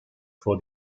for